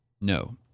No